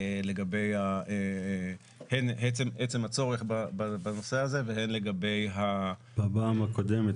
הן לגבי עצם הצורך בנושא הזה והן לגבי --- מתי זה היה בפעם הקודמת?